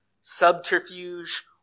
subterfuge